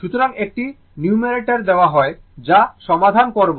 সুতরাং একটি নিউমারেটর দেওয়া হয় যা সমাধান করবো